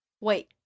wait